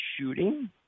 shooting